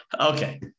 Okay